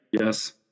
Yes